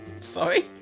Sorry